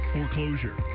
Foreclosure